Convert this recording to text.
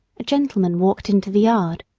a gentleman walked into the yard.